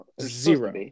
zero